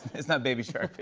it's not baby shark. it